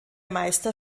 meister